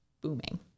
booming